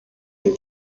ein